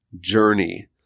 journey